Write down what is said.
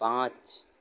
پانچ